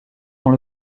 dans